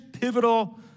pivotal